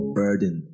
burden